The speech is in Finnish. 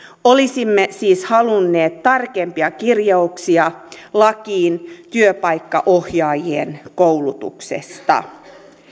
olisimme siis halunneet tarkempia kirjauksia lakiin työpaikkaohjaajien koulutuksesta